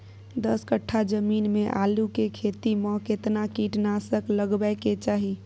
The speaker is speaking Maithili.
दस कट्ठा जमीन में आलू के खेती म केतना कीट नासक लगबै के चाही?